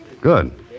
Good